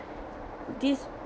this